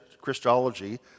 Christology